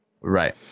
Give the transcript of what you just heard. Right